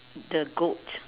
the goat